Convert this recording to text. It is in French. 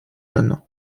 jaunes